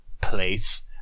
place